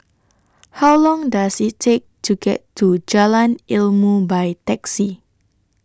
How Long Does IT Take to get to Jalan Ilmu By Taxi